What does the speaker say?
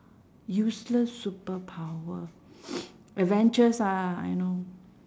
useless superpower avengers ah I know